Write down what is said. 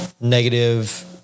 negative